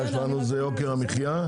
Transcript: הבעיה שלנו היא יוקר המחייה.